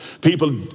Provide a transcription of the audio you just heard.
People